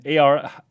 AR